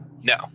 no